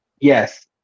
Yes